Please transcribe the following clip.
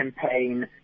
campaign